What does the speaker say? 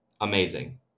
Amazing